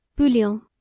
bouillon